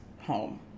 home